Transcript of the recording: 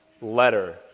letter